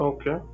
Okay